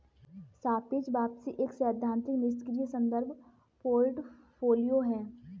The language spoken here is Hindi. सापेक्ष वापसी एक सैद्धांतिक निष्क्रिय संदर्भ पोर्टफोलियो है